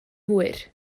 hwyr